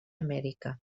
amèrica